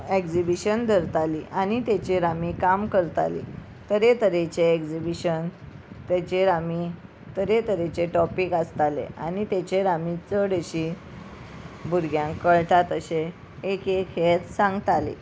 exhibition धरताली आनी तेचेर आमी काम करताली तरेतरेचे एग्जिबिशन तेचेर आमी तरेतरेचे टॉपीक आसताले आनी तेचेर आमी चडशी भुरग्यांक कळटात तशें एक एक हें सांगताली